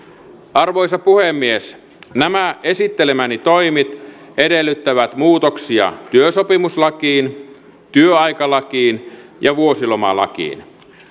arvoisa puhemies nämä esittelemäni toimet edellyttävät muutoksia työsopimuslakiin työaikalakiin ja vuosilomalakiin